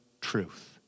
truth